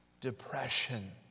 depression